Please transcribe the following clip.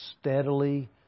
steadily